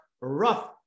rough